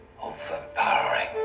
overpowering